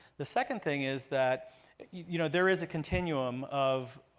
the second thing is that you know there is a continuum of